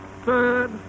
Third